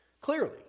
Clearly